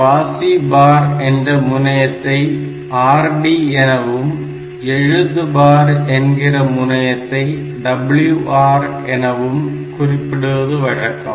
வாசி பார் என்ற முனையத்தை RD எனவும் எழுது பார் என்கிற முனையத்தை WR எனவும் குறிப்பிடுவது வழக்கம்